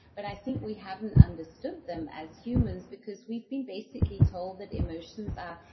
but i think we haven't understood them as humans because we've been basically told that emotions are.